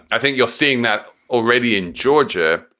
i think you're seeing that already in georgia.